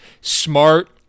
smart